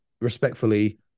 respectfully